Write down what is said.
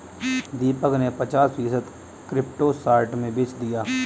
दीपक ने पचास फीसद क्रिप्टो शॉर्ट में बेच दिया